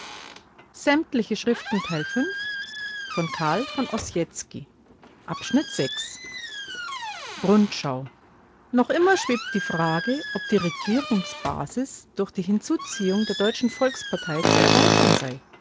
rundschau noch immer schwebt die frage ob die regierungsbasis durch die hinzuziehung der deutschen volkspartei zu erweitern sei